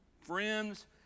friends